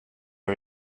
are